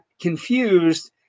confused